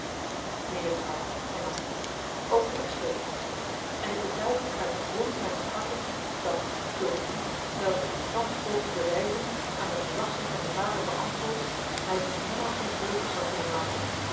mejuffrouw hernam ik ook ik spreek ernstig en ik betuig u uit den grond mijns harten dat zoo de dienst welken ik u thans poog te bewijzen aan de verwachting van uw vader beantwoordt mij die nimmer ongelukkig zal kunnen maken